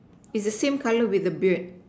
is the same color with the beard